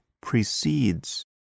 precedes